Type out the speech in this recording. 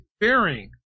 bearing